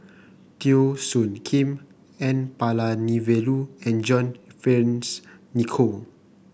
Teo Soon Kim N Palanivelu and John Fearns Nicoll